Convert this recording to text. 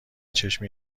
چشم